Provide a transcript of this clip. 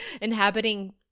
inhabiting